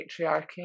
patriarchy